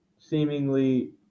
seemingly